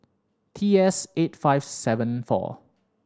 T S eight five seven four